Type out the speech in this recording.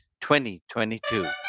2022